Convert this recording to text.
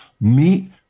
Meet